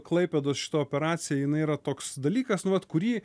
klaipėdos šita operacija jinai yra toks dalykas nu vat kurį